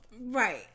Right